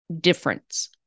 difference